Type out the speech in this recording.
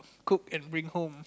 cook and bring home